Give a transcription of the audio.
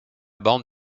bande